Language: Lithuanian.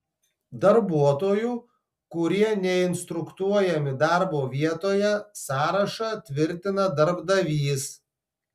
darbuotojų kurie neinstruktuojami darbo vietoje sąrašą tvirtina darbdavys